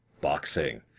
boxing